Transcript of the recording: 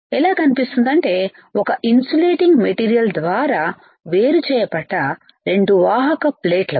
ఎలా కన్పిస్తుందంటే ఒక ఇన్సులేటింగ్ మెటీరియల్ ద్వారా వేరు చేయబడ్డ రెండు వాహక ప్లేట్ల వలే